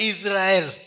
Israel